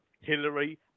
Hillary